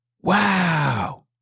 Wow